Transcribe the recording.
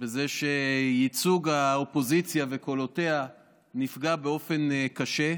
בזה שייצוג האופוזיציה וקולותיה נפגע באופן קשה,